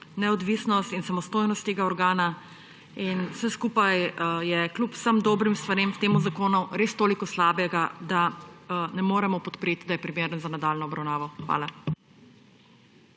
neodvisnost in samostojnost tega organa. In vse skupaj je kljub vsem dobrim stvarem v tem zakonu res toliko slabega, da ne moremo podpreti, da je primeren za nadaljnjo obravnavo. Hvala.